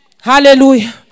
Hallelujah